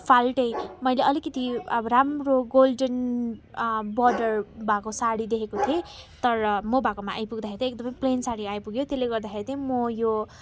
फाल्टै मैले अलिकति अब राम्रो गोल्डेन बोर्डर भएको सारी देखेको थिएँ तर म भएकोमा आइपुग्दाखेरि चाहिँ एकदमै प्लेन सारी आइपुग्यो त्यसले गर्दाखेरि चाहिँ म यो